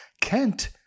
Kent